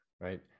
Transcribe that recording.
right